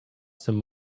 some